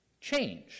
change